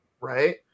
right